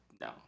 no